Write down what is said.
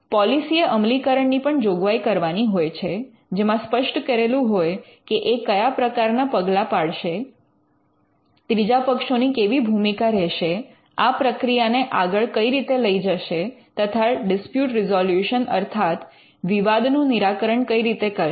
policy એ અમલીકરણની પણ જોગવાઈ કરવાની હોય છે જેમાં સ્પષ્ટ કરેલું હોય કે એ કયા પ્રકારના પગલાં પાડશે ત્રીજા પક્ષોની કેવી ભૂમિકા રહેશે આ પ્રક્રિયાને આગળ કઈ રીતે લઈ જશે તથા ડિસ્પ્યૂટ રેઝલૂશન અર્થાત વિવાદનો નિરાકરણ કઈ રીતે કરશે